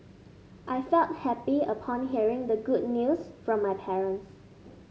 I felt happy upon hearing the good news from my parents